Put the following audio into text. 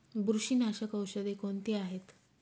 बुरशीनाशक औषधे कोणती आहेत?